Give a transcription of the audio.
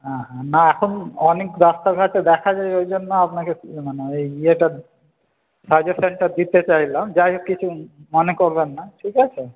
হ্যাঁ হ্যাঁ না এখন অনেক রাস্তাঘাটে দেখা যায় ওই জন্য আপনাকে মানে ওই ইয়েটা সাজেশনটা দিতে চাইলাম যাইহোক কিছু মনে করবেন না ঠিক আছে